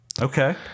Okay